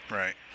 right